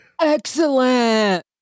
Excellent